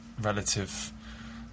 relative